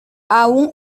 aún